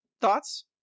thoughts